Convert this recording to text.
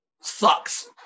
sucks